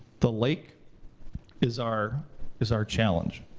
the lake is our is our challenge.